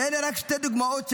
ואלה רק שתי דוגמאות שלי.